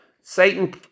Satan